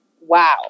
wow